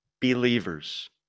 believers